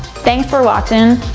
thanks for watching,